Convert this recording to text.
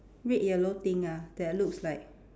red yellow thing ah that looks like